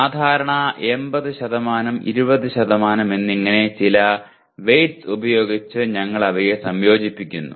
സാധാരണ 80 20 എന്നിങ്ങനെ ചില വെയ്റ്റസ് ഉപയോഗിച്ച് ഞങ്ങൾ അവയെ സംയോജിപ്പിക്കുന്നു